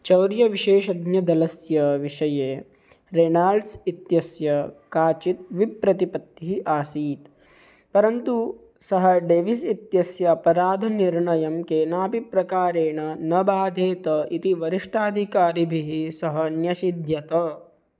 चौर्यविशेषज्ञ दलस्य विषये रेणाल्ड्स् इत्यस्य काचित् विप्रतिपत्तिः आसीत् परन्तु सः डेविस् इत्यस्य अपराधनिर्णयं केनापि प्रकारेण न बाधेत इति वरिष्ठाधिकारिभिः सह न्यषिध्यत